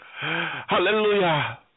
Hallelujah